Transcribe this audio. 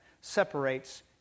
separates